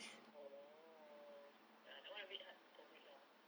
oh ya that one a bit hard to commit lah